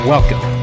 Welcome